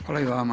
Hvala i vama.